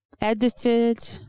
edited